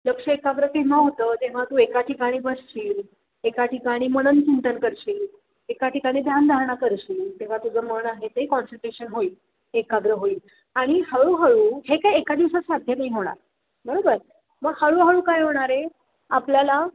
लक्ष एकाग्र तेव्हा होतं जेव्हा तू एका ठिकाणी बसशील एका ठिकाणी मनन चिंतन करशील एका ठिकाणी ध्यानधारणा करशील तेव्हा तुझं मन आहे ते कॉन्सन्ट्रेशन होईल एकाग्र होईल आणि हळूहळू हे काय एका दिवसात साध्य नाही होणार बरोबर मग हळूहळू काय होणार आहे आपल्याला